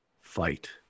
fight